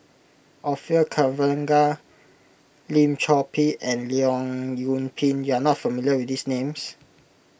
Orfeur Cavenagh Lim Chor Pee and Leong Yoon Pin you are not familiar with these names